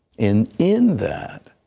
in in that.